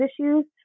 issues